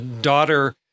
daughter